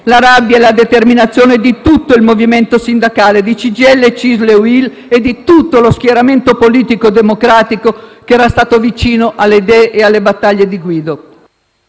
la rabbia e la determinazione di tutto il movimento sindacale, di CGIL, CISL e UIL, e di tutto lo schieramento politico democratico che era stato vicino alle idee e alle battaglie di Guido.